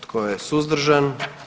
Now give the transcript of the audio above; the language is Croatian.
Tko je suzdržan?